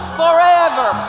forever